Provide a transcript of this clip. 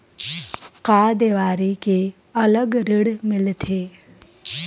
का देवारी के अलग ऋण मिलथे?